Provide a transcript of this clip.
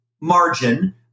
margin